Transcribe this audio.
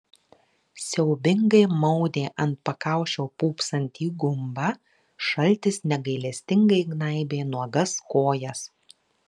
siaubingai maudė ant pakaušio pūpsantį gumbą šaltis negailestingai gnaibė nuogas kojas